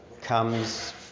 comes